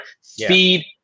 Speed